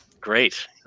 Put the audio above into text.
great